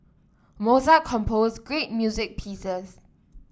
Mozart composed great music pieces